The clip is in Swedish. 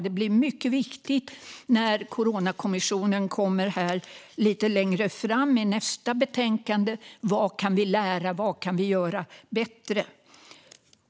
Det blir mycket viktigt när Coronakommissionen lite längre fram kommer med nästa betänkande - vad kan vi lära, och vad kan vi göra bättre?